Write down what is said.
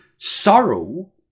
sorrow